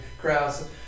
crowds